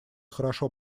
хорошо